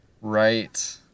right